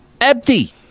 empty